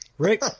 Rick